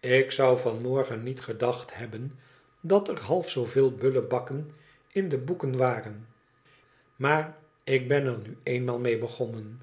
ik zou van morgen niet gedacht hebben dat er half zooveel bullebakken in de hoeken waren maar ik ben er nu eenmaal mee begonnen